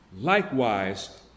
Likewise